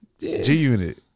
G-Unit